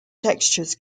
textures